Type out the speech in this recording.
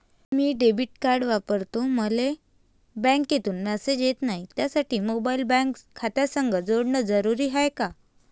मी debit card वापरतो मले बँकेतून मॅसेज येत नाही, त्यासाठी मोबाईल बँक खात्यासंग जोडनं जरुरी हाय का?